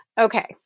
Okay